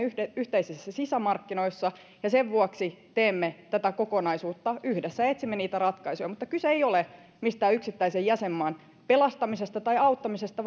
yhteisillä sisämarkkinoilla ja sen vuoksi teemme tätä kokonaisuutta yhdessä ja etsimme niitä ratkaisuja kyse ei ole mistään yksittäisen jäsenmaan pelastamisesta tai auttamisesta